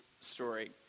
story